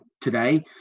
today